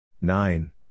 Nine